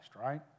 right